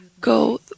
go